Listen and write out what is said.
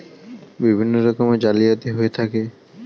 বিভিন্ন রকমের জালিয়াতি হয়ে থাকে